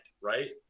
Right